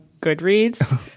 Goodreads